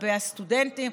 לגבי הסטודנטים,